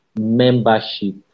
membership